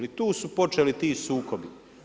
I tu su počeli ti sukobi.